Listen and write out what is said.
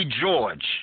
George